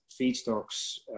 feedstocks